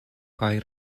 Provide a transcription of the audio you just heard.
kaj